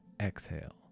Exhale